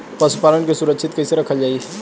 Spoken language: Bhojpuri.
पशुपालन के सुरक्षित कैसे रखल जाई?